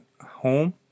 home